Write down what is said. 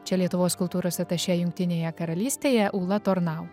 čia lietuvos kultūros atašė jungtinėje karalystėje ūla tornau